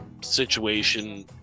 situation